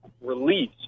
release